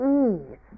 ease